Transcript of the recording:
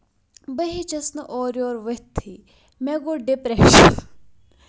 بہٕ ہٮ۪چِس نہٕ اوٚرٕ یور ؤتھتھۍ مےٚ گوٚو ڈِپریشن